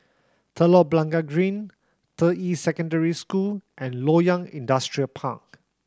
Telok Blangah Green Deyi Secondary School and Loyang Industrial Park